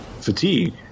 fatigue